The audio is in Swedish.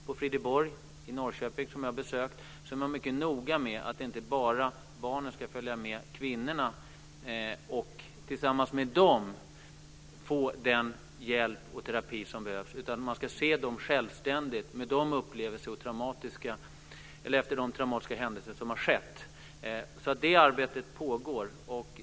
På Frideborg i Norrköping, som jag har besökt, är man mycket noga inte bara med att låta barnen följa med kvinnorna och tillsammans med dem få den hjälp och terapi som behövs utan också med att se på dem självständigt efter de traumatiska händelser som har skett. Det arbetet pågår alltså.